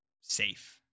safe